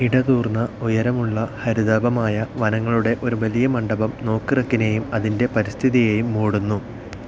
ഇടതൂർന്ന ഉയരമുള്ള ഹരിതാഭമായ വനങ്ങളുടെ ഒരു വലിയ മണ്ഡപം നോക്റെക്കിനെയും അതിന്റെ പരിസ്ഥിതിയെയും മൂടുന്നു